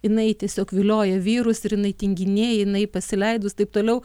jinai tiesiog vilioja vyrus ir jinai tinginė jinai pasileidus taip toliau